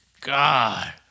God